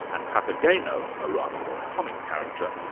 and papageno, a rather more comic character,